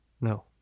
No